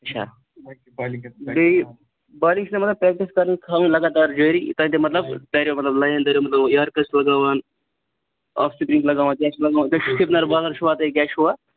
اچھا بیٚیہِ بالِنٛگ چھِوٕ تۅہہِ مطلب پریکٹٕس کٔرٕنۍ تھاوٕنۍ لگاتار جٲری تَتہِ مطلب دریو مطلب دٔریو لینڈ دریو مطلب اے آر کَس سوزنوان آف سُپیٖگ لَگاوان تیٚلہِ چھَوٕ تُہۍ سِپنر بالر چھِوا تُہۍ کیٛاہ چھِوا